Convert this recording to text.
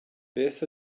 beth